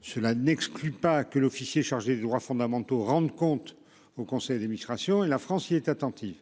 Cela n'exclut pas que l'officier chargé des droits fondamentaux rendent compte au conseil d'administration et la France, il est attentif.